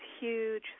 huge